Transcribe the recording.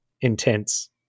intense